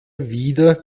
wieder